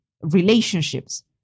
relationships